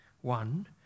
one